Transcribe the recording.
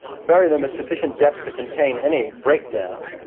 bury them at sufficient depths to contain any break-down,